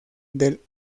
del